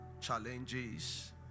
challenges